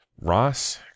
Ross